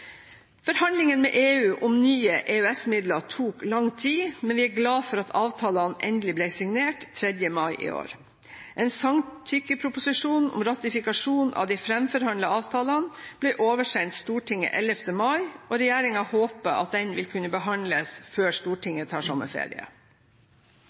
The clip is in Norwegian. Forhandlingene med EU om nye EØS-midler tok lang tid, men vi er glade for at avtalene endelig ble signert 3. mai i år. En samtykkeproposisjon om ratifikasjon av de framforhandlede avtalene ble oversendt Stortinget 11. mai, og regjeringen håper at denne vil kunne behandles før